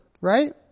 right